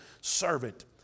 servant